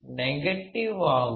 negative ஆகும்